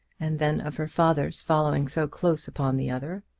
and then of her father's following so close upon the other,